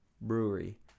Brewery